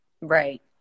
right